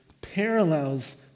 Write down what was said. parallels